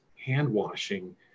hand-washing